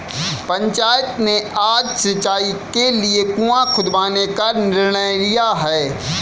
पंचायत ने आज सिंचाई के लिए कुआं खुदवाने का निर्णय लिया है